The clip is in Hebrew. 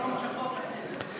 יום שחור לכנסת.